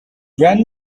brand